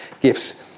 gifts